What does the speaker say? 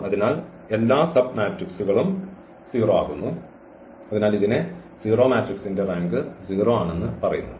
അതിനാൽ എല്ലാ സബ്മാട്രിക്സുകളും 0 ആകുന്നു അതിനാൽ ഇതിനെ 0 മാട്രിക്സ്ൻറെ റാങ്ക് 0 ആണെന്ന് പറയുന്നു